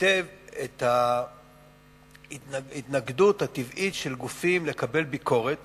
היטב את ההתנגדות הטבעית של גופים לקבל ביקורת